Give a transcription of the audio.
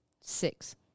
six